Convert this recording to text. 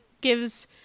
gives